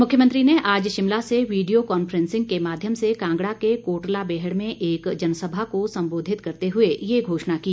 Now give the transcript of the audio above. मुख्यमंत्री ने आज शिमला से वीडियो कांफ्रेंसिंग के माध्यम से कांगड़ा के कोटला बेहड़ में एक जनसभा को संबोधित करते हए ये घोषणा की